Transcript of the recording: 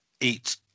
eat